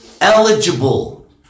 eligible